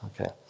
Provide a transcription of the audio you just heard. okay